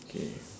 K